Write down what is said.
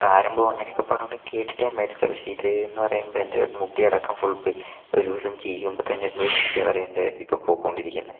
താരൻ പോകും അങ്ങനെയൊക്കെ പറയുന്നതു കേട്ടിട്ടാണ് ഞാൻ മേടിച്ചത് പക്ഷെ ഇത് എന്ന് പറയുമ്പം എൻ്റെ മുടിയടക്കം ഫുൾ പോയി ഒരു ദിവസം ചീകുമ്പം തന്നെ എന്തോരം മുടിയാണെന്ന് അറിയാമോ എൻ്റെ ഇപ്പം പൊയ്ക്കൊണ്ടിരിക്കുന്നത്